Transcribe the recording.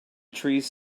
trees